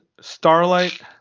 starlight